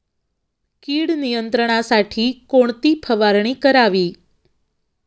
कीड नियंत्रणासाठी कोणती फवारणी करावी?